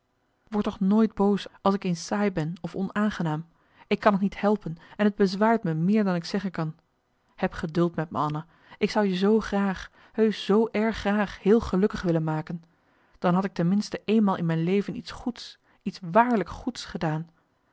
word toch nooit boos als ik eens saai ben of onaangenaam ik kan t niet helpen en het bezwaart me meer dan ik zeggen kan heb geduld met me anna ik zou je zoo graag heusch zoo erg graag heel gelukkig willen maken dan had ik ten minste eenmaal in mijn leven iets goeds iets waarlijk goeds gedaan